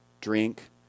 drink